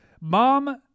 mom